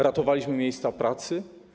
Ratowaliśmy miejsca pracy.